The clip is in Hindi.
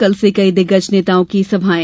कल से कई दिग्गज नेताओं की सभायें